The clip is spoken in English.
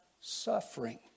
suffering